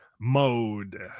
Mode